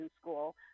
school